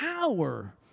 power